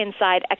inside